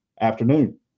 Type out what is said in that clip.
afternoon